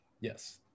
Yes